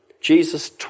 Jesus